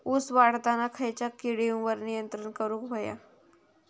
ऊस वाढताना खयच्या किडींवर नियंत्रण करुक व्हया?